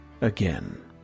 Again